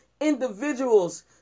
individuals